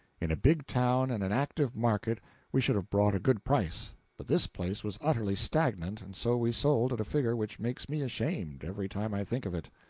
in a big town and an active market we should have brought a good price but this place was utterly stagnant and so we sold at a figure which makes me ashamed, every time i think of it.